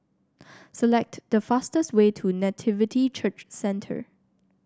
select the fastest way to Nativity Church Centre